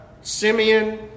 Simeon